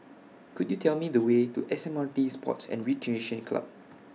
Could YOU Tell Me The Way to S M R T Sports and Recreation Club